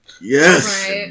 Yes